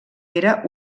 era